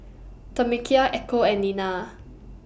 Tamekia Echo and Nena